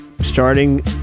starting